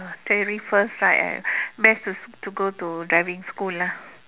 theory first right best to go to driving school lah